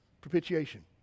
propitiation